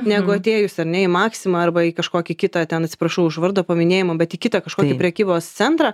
negu atėjus ar ne į maximą arba į kažkokį kitą ten atsiprašau už vardo paminėjimą bet į kitą kažkokį centrą